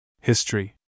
History